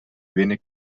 wenig